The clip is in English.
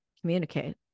communicate